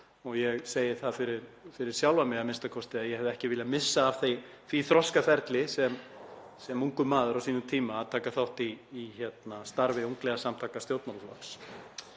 og ég segi það fyrir sjálfan mig a.m.k. að ég hefði ekki viljað missa af því þroskaferli sem ungur maður á sínum tíma að taka þátt í starfi ungliðasamtaka stjórnmálaflokks